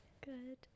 Good